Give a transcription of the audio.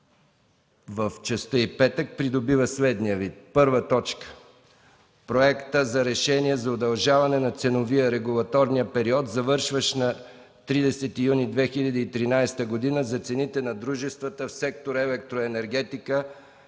в частта й петък придобива следния вид: 1. Проект за решение за удължаване на ценовия/регулаторния период, завършващ на 30 юни 2013 г., за цените на дружествата в сектор „Електроенергетика